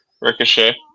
Ricochet